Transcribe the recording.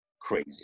crazy